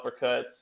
uppercuts